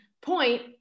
point